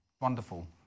wonderful